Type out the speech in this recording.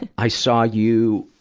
and i saw you,